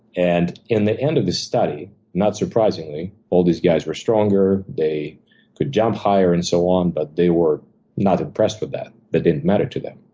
and in the end of the study, not surprisingly, all these guys were stronger. they could jump higher, and so on, but they were not impressed with that. that didn't matter to them.